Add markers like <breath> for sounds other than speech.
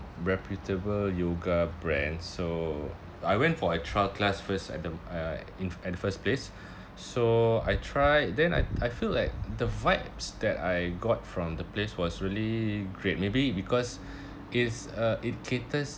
reputable yoga brand so I went for a trial class first at the uh in at the first place <breath> so I tried then I I feel like the vibes that I got from the place was really great maybe because it's uh it caters